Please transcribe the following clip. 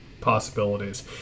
possibilities